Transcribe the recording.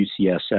UCSF